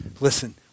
listen